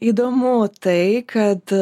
įdomu tai kad